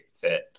fit